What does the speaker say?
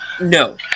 No